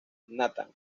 nathan